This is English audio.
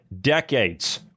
decades